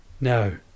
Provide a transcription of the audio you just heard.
No